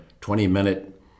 20-minute